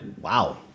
Wow